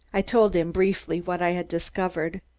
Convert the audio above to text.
i told him briefly what i had discovered.